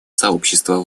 сообщества